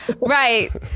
right